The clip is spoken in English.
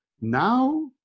Now